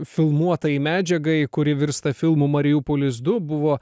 filmuotai medžiagai kuri virsta filmu mariupolis du buvo